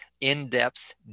in-depth